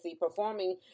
performing